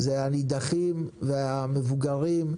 אלה הנידחים והמבוגרים,